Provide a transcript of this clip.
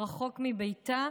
רחוק מביתה,